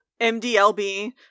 mdlb